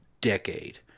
decade